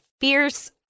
fierce